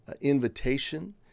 invitation